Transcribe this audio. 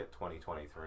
2023